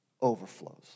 Overflows